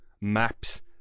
Maps